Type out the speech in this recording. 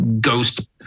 ghost